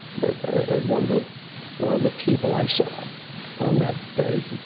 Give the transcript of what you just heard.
but one of the one of the people i saw on that day,